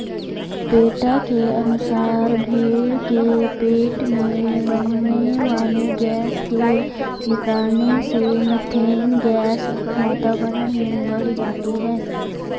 PETA के अनुसार भेंड़ के पेट में बनने वाली गैस के निकलने से मिथेन गैस वातावरण में बढ़ जाती है